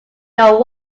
your